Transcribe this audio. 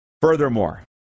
Furthermore